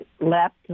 left